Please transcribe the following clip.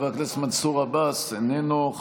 חבר הכנסת מנסור עבאס, איננו.